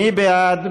מי בעד?